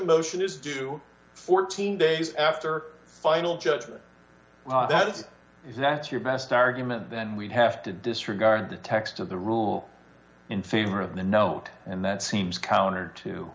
motion is due to fourteen days after final judgment that it is that's your best argument then we'd have to disregard the text of the rule in favor of the note and that seems counter to